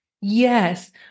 yes